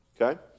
okay